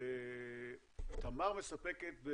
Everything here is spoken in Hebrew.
שתמר מספקת,